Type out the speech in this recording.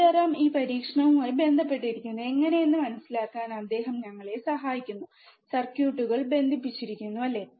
സീതാറാം ഈ പരീക്ഷണവുമായി ബന്ധപ്പെട്ടിരിക്കുന്നു എങ്ങനെ എന്ന് മനസിലാക്കാൻ അദ്ദേഹം ഞങ്ങളെ സഹായിക്കുന്നു സർക്യൂട്ടുകൾ ബന്ധിപ്പിച്ചിരിക്കുന്നു അല്ലേ